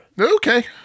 Okay